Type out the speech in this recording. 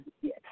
Yes